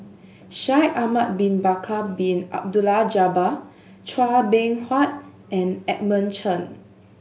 Shaikh Ahmad Bin Bakar Bin Abdullah Jabbar Chua Beng Huat and Edmund Chen